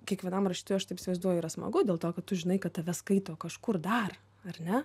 kiekvienam rašytojui aš taip įsivaizduoju yra smagu dėl to kad tu žinai kad tave skaito kažkur dar ar ne